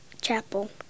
chapel